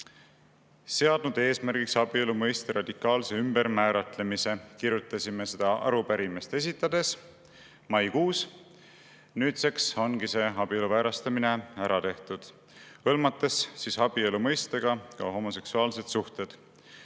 seadnud eesmärgiks abielu mõiste radikaalse ümbermääratlemise," kirjutasime seda arupärimist esitades maikuus. Nüüdseks ongi see abielu väärastamine ära tehtud, hõlmates siis abielu mõistega ka homoseksuaalsed suhted.